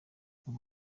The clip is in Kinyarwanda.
ubu